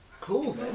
Cool